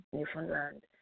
Newfoundland